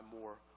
more